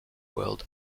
world